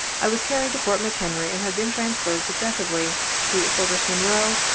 i was carried to fort mchenry and have been transferred successively to fortress monroe,